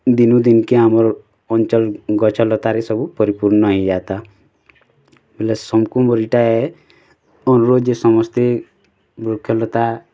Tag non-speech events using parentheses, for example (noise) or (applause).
ଦିନ୍କୁ ଦିନ୍ କେ ଆମର୍ ଅଞ୍ଚଲ୍ ଗଛଲତାରେ ସବୁ ପରିପୂର୍ଣ୍ଣ ହେଇଯାତା ବୋଲେ (unintelligible) ଅନୁରୋଧ ଯେ ସମସ୍ତେ ବୃକ୍ଷଲତା